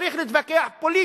צריך להתווכח פוליטית,